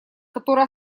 который